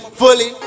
fully